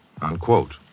Unquote